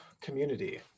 community